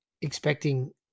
expecting